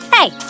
Hey